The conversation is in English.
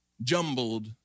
jumbled